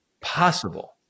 possible